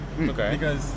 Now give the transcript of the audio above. Okay